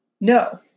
No